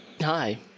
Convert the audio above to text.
Hi